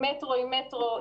עם מטרו,